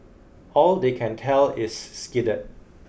all they can tell is skidded